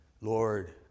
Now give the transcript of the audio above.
Lord